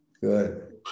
Good